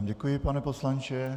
Děkuji vám, pane poslanče.